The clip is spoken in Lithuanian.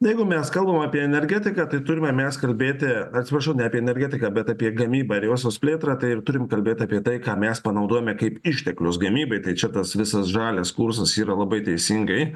jeigu mes kalbame apie energetiką tai turime mes kalbėti atsiprašau ne apie energetiką bet apie gamybą ir josios plėtrą tai ir turim kalbėti apie tai ką mes panaudojome kaip išteklius gamybai tai čia tas visas žalias kursas yra labai teisingai